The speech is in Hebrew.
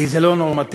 כי זה לא נורמטיבי.